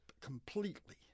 completely